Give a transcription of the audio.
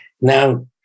Now